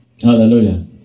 Hallelujah